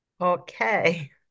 Okay